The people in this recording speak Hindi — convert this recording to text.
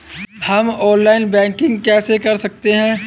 हम ऑनलाइन बैंकिंग कैसे कर सकते हैं?